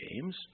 games